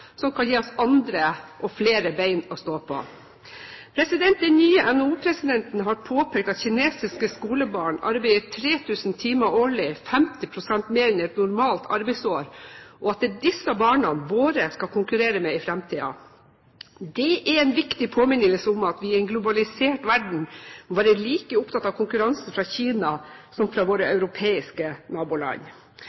som kan gi oss andre og flere bein å stå på. Den nye NHO-presidenten har påpekt at kinesiske skolebarn arbeider 3 000 timer årlig – 50 pst. mer enn et normalt arbeidsår – og at det er disse barna våre skal konkurrere med i fremtiden. Det er en viktig påminnelse om at vi i en globalisert verden må være like opptatt av konkurransen fra Kina som fra våre